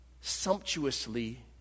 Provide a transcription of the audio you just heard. sumptuously